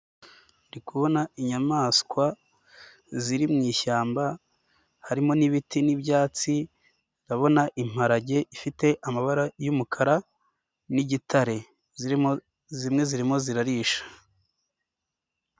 Ndi kubona inyamaswa ziri mu ishyamba, harimo n'ibiti n'ibyatsi, ndabona imparage ifite amabara y'umukara n'igitare, zirimo zimwe zirimo zirarisha.